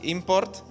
Import